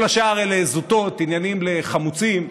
כל השאר אלה זוטות, עניינים לחמוצים,